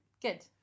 good